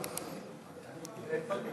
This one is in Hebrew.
תודה רבה.